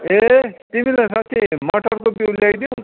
ए तिमीलाई साँचि मटरको बिउ ल्याइदिऊँ